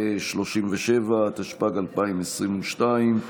37), התשפ"ג 2022,